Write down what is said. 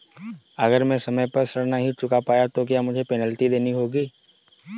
अगर मैं समय पर ऋण नहीं चुका पाया तो क्या मुझे पेनल्टी देनी होगी?